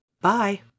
Bye